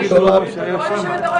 חבל על הזמן.